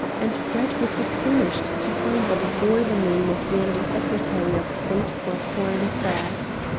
and brett was astonished to find that it bore the name of the under-secretary of state for foreign affairs.